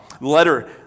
letter